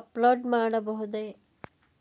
Upload ಮಾಡಬಹುದೇ?